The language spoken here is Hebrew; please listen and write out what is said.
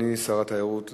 אדוני שר התיירות,